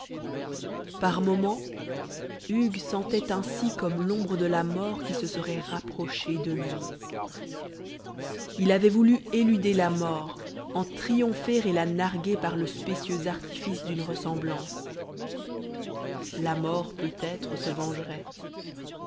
par moments hugues sentait ainsi comme l'ombre de la mort qui se serait rapprochée de lui il avait voulu éluder la mort en triompher et la narguer par le spécieux artifice d'une ressemblance la mort peut-être se vengerait